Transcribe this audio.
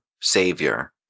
savior